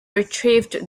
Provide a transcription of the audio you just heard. retrieve